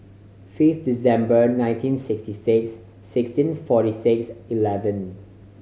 fifth December nineteen sixty six sixteen forty six eleven